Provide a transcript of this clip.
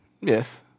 Yes